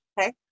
Okay